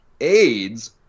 AIDS